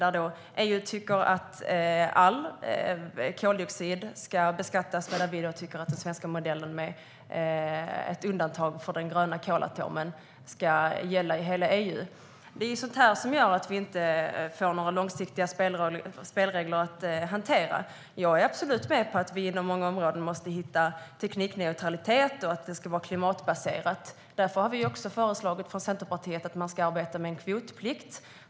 EU anser att all koldioxid ska beskattas, medan vi tycker att den svenska modellen med ett undantag för den gröna kolatomen ska gälla i hela EU. Det är sådant här som gör att vi inte får några långsiktiga spelregler. Jag är absolut med på att man inom många områden måste hitta teknikneutralitet och att det ska vara klimatbaserat. Därför har vi från Centerpartiet föreslagit att man ska arbeta med en kvotplikt.